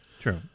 True